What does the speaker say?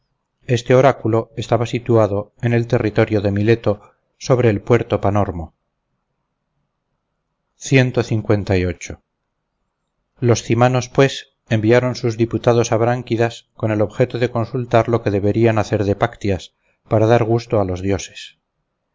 este oráculo estaba situado en el territorio de mileto sobre el puerto panormo los cimanos pues enviaron sus diputados a branquidas con el objeto de consultar lo que deberían hacer de páctyas para dar gusto a los dioses